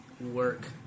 work